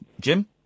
Jim